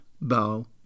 bow